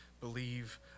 believe